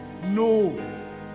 no